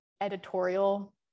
editorial